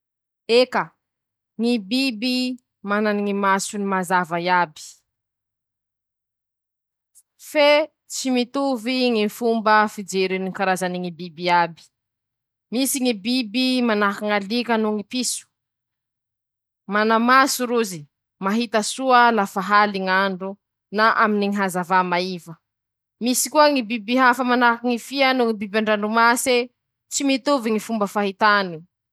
<...>Eka, ñy biby manany ñy masony mazava iaby, fe tsy mitovy ñy fomba fijeriny ñy karazany ñy biby iaby: - Misy ñy biby manahaky ñ'alika noho ñy piso; mana maso rozy; mahita soa lafa haly ñ'andro na aminy ñy hazava maiva -Misy koa ñy biby hafa manahaky gny fia noho gny biby an-dranomase ,tsy mitovy gny fomba fahitany.<...>